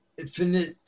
infinite